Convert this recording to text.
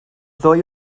ddwy